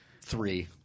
Three